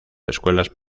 escuelas